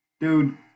dude